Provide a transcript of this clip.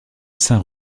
saint